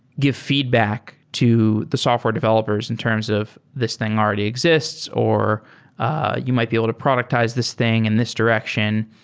give feedback to the software developers in terms of this thing already exists, or ah you might be able to productize this thing in this direction.